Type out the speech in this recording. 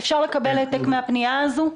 אפשר לקבל העתק מהפנייה הזו?